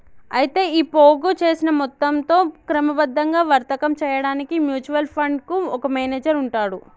అయితే ఈ పోగు చేసిన మొత్తంతో క్రమబద్ధంగా వర్తకం చేయడానికి మ్యూచువల్ ఫండ్ కు ఒక మేనేజర్ ఉంటాడు